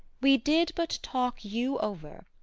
we did but talk you over,